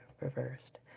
reversed